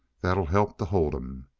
that'll help to hold him.